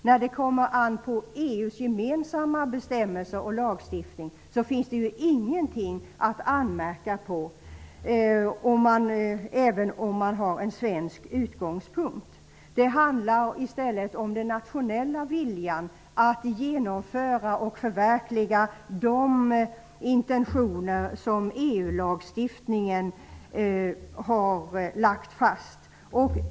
Vad gäller EU:s gemensamma bestämmelser och lagstiftning finns det, även från svensk utgångspunkt sett, inget att anmärka på. Det handlar i stället om den nationella viljan att genomföra och förverkliga de intentioner som lagts fast i EU-lagstiftningen.